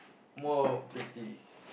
more pretty